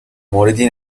موردی